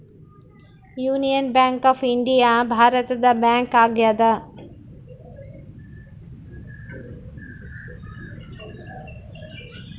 union Bank of India ಭಾರತದ bank ಆಗ್ಯಾದ